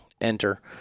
enter